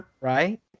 Right